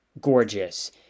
Gorgeous